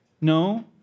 No